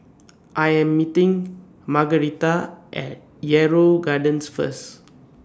I Am meeting Margueritta At Yarrow Gardens First